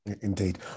Indeed